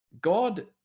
God